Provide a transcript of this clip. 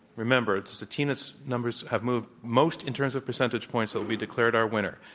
remember, it's it's the team that's numbers have moved most in terms of percentage points that will be declaredour winner.